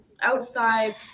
outside